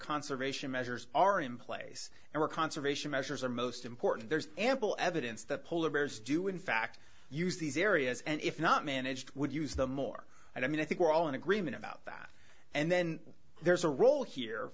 conservation measures are in place and were conservation measures are most important there's ample evidence that polar bears do in fact use these areas and if not managed would use the more i mean i think we're all in agreement about that and then there's a role here